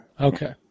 Okay